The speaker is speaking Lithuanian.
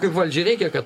kaip valdžiai reikia kad